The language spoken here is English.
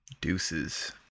Deuces